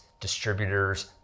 distributors